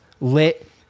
lit